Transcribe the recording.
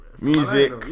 music